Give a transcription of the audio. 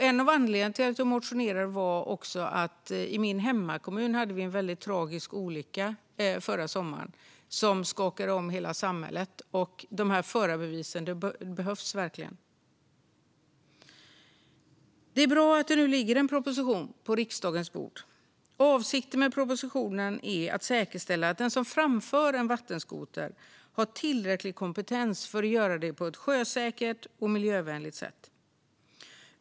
En av anledningarna till att jag motionerade var att vi hade en väldigt tragisk olycka i min hemkommun förra sommaren som skakade om hela samhället. De här förarbevisen behövs verkligen. Det är bra att det nu ligger en proposition på riksdagens bord. Avsikten med propositionen är att säkerställa att den som framför en vattenskoter har tillräcklig kompetens för att göra det på ett sjösäkert och miljövänligt sätt.